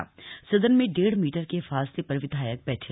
सदन में सदन में डेढ़ मीटर के फासले पर विधायक बैठे